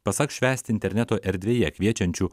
pasak švęsti interneto erdvėje kviečiančių